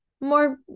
more